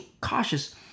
cautious